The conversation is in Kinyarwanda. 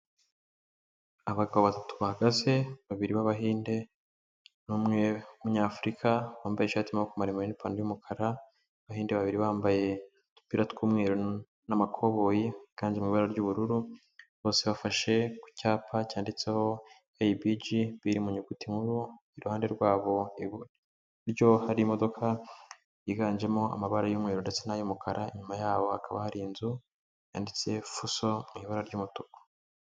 Abagabo batatu bahagaze, babiri b'Abahinde n'umwe w'Umunyafurika, wambaye ishatimaku maremare n'ipantaro y' yumukara, abahinde babiri bambaye udupira tw'umweru n'amakoboyi kandi mu ibara ry'ubururu, bose bafashe ku cyapa cyanditseho ayibiji biri mu nyuguti nkuru, iruhande rwabo iburyo hari imodoka yiganjemo amabara y'umweru ndetse n'ay'umukara inyuma yabo hakaba hari inzu yanditse fuso mu ibara ry'umutuku.